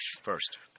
First